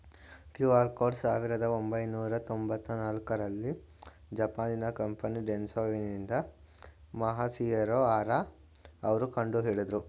QR code ಸಾವಿರದ ಒಂಬೈನೂರ ತೊಂಬತ್ತ ನಾಲ್ಕುರಲ್ಲಿ ಜಪಾನಿನ ಕಂಪನಿ ಡೆನ್ಸೊ ವೇವ್ನಿಂದ ಮಸಾಹಿರೊ ಹರಾ ಅವ್ರು ಕಂಡುಹಿಡಿದ್ರು